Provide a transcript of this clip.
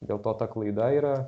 dėl to ta klaida yra